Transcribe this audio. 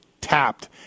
tapped